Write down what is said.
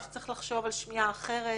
שצריך לחשוב על שמיעה אחרת.